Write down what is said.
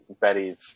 Betty's